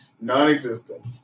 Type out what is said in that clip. non-existent